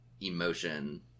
emotion